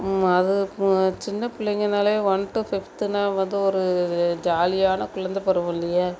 அது சின்ன பிள்ளைங்கன்னாலே ஒன் டு ஃபிஃப்த்துனா வந்து ஒரு ஜாலியான குழந்த பருவம் இல்லையா